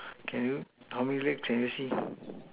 can you how many rib can you see